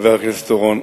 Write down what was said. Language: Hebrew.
חבר הכנסת אורון.